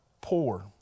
poor